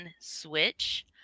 Switch